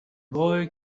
boy